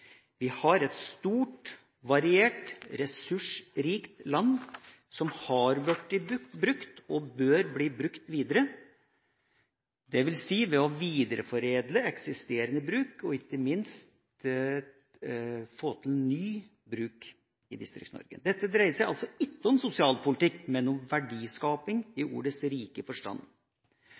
Vi har et stort, variert, ressursrikt land som har blitt brukt, og som bør bli brukt videre, dvs. ved å videreforedle eksisterende bruk og ikke minst få til ny bruk i Distrikts-Norge. Dette dreier seg ikke om sosialpolitikk, men om verdiskaping i ordets rike forstand.